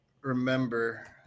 remember